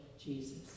Jesus